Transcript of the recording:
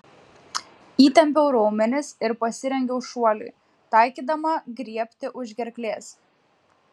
įtempiau raumenis ir pasirengiau šuoliui taikydama griebti už gerklės